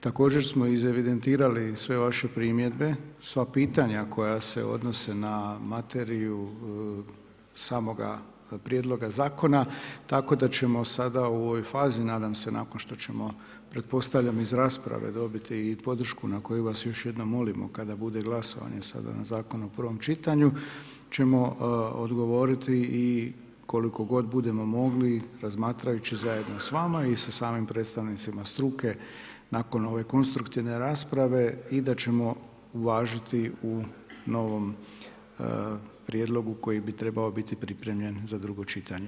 Također smo iz evidentirali i i sve vaše primjedbe, sva pitanja koja se odnose na materiju samoga prijedloga zakona, tako da ćemo u ovoj fazi, nadam se nakon što ćemo i pretpostavljam iz rasprave dobiti i podršku na kojoj vas još jednom molimo, kada bude glasovanje, sada na zakon u prvom čitanju ćemo odgovoriti i koliko god budemo mogli, razmatrajući zajedno s vama i sa samim predstavnicima struke, nakon ove konstruktivne rasprave i da ćemo uvažiti u novom prijedlogu koji bi trebao biti pripremljen za drugo čitanje.